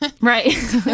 right